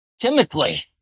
chemically